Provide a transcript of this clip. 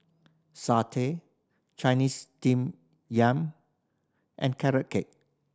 satay Chinese Steamed Yam and Carrot Cake